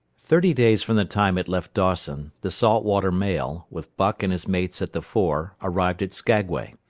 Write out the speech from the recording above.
thirty days from the time it left dawson, the salt water mail, with buck and his mates at the fore, arrived at skaguay.